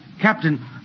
Captain